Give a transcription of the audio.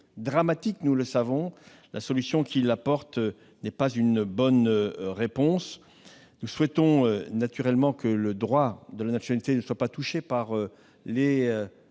dramatique, la solution qu'il propose n'est pas une bonne réponse. Nous souhaitons naturellement que le droit de la nationalité ne soit pas touché par les